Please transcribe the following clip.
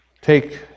take